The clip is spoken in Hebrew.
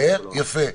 יפה.